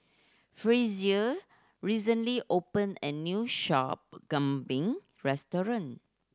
Frazier recently opened a new shop kambing restaurant